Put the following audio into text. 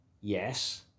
Yes